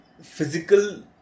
physical